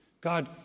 God